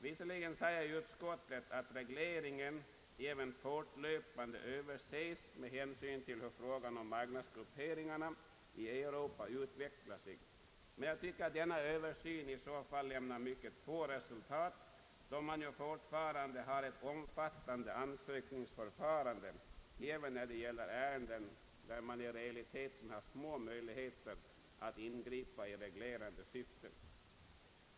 Visserligen säger utskottsmajoriteten att regleringen även fortlöpande överses med hänsyn till hur frågan om marknadsgrupperingarna i Europa utvecklar sig, men jag tycker att denna översyn i så fall lämnar mycket få resultat, då man fortfarande har ett omfattande ansökningsförfarande även när det gäller ärenden där det i realiteten finns små möjligheter att ingripa i reglerande syfte.